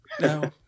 No